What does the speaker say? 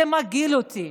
זה מגעיל אותי,